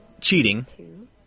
cheating